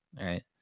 right